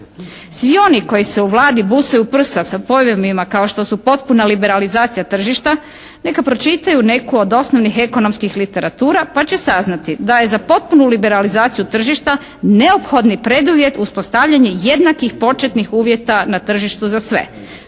Svi oni koji se u Vladu busaju u prsa sa … /Govornica se ne razumije./ … kao što su potpuna liberalizacija tržišta neka pročitaju neku od osnovnih ekonomskih literatura pa će saznati da je za potpunu liberalizaciju tržišta neophodni preduvjet uspostavljanje jednakih početnih uvjeta na tržištu za sve.